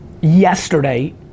Yesterday